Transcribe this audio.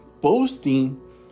Boasting